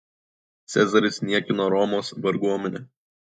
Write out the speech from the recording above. cezaris niekino romos varguomenę